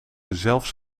zelfs